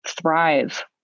thrive